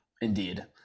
indeed